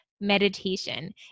meditation